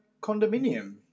condominium